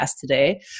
today